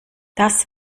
das